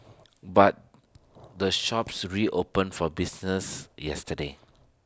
but the shops reopened for business yesterday